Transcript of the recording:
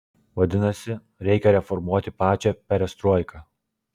vadinasi reikia reformuoti pačią perestroiką